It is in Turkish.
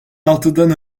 altıdan